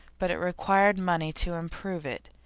but it required money to improve it.